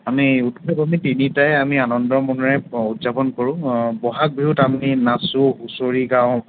আমি উৎসৱ আমি তিনিটাই আমি আনন্দ মনেৰে উদযাপন কৰোঁ ব'হাগ বিহুত আমি নাচোঁ হুঁচৰি গাওঁ